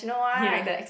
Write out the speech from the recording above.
ya